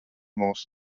mūsu